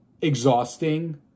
exhausting